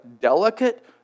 delicate